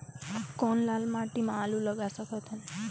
कौन लाल माटी म आलू लगा सकत हन?